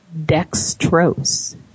dextrose